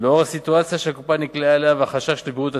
לאור הסיטואציה שהקופה נקלעה אליה והחשש לבריאות הציבור,